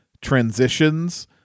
transitions